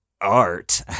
art